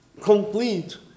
complete